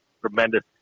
tremendous